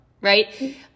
right